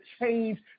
change